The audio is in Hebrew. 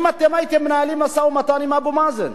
אם אתם הייתם מנהלים משא ומתן עם אבו מאזן.